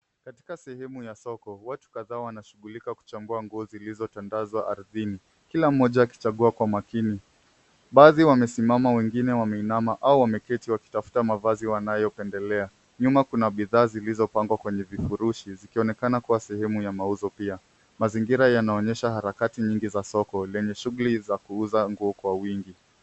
Katika sehemu ya soko, watu kadhaa wanashughulika kuchambua nguo zilizotandazwa ardhini. Kila mmoja akichagua kwa umakini. Baadhi wamesimama, wengine wameinama au wameketi wakitafuta mavazi wanayopendelea. Nyuma kuna bidhaa zilizopangwa kwenye vifurushi vikionekana kuwa sehemu ya mauzo pia. Mazingira yanaonyesha harakati nyingi za soko lenye shughuli za kuuza nguo kwa uwingi.